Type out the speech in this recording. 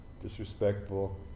disrespectful